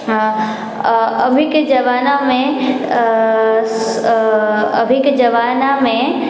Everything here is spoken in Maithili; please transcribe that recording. अभीके जमानामे अभीके जमानामे